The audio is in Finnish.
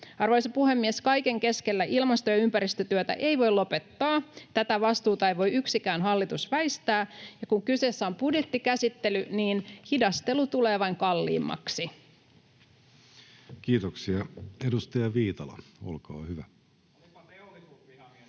Arvoisa puhemies! Kaiken keskellä ilmasto- ja ympäristötyötä ei voi lopettaa. Tätä vastuuta ei voi yksikään hallitus väistää, ja kun kyseessä on budjettikäsittely, niin hidastelu tulee vain kalliimmaksi. [Miko Bergbom: Olipas